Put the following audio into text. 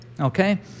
Okay